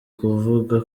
kuvuga